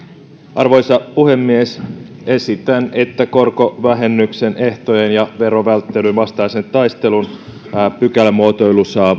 arvoisa puhemies esitän että korkovähennyksen ehtojen ja verovälttelyn vastaisen taistelun pykälämuotoilu saa